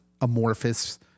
amorphous